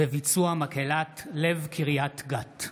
בביצוע מקהלת לב קריית גת.